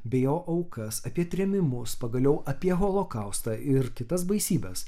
bei jo aukas apie trėmimus pagaliau apie holokaustą ir kitas baisybes